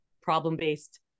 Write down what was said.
problem-based